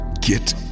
Get